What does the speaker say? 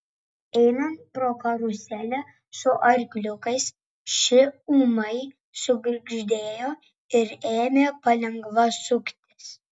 einant pro karuselę su arkliukais ši ūmai sugirgždėjo ir ėmė palengva suktis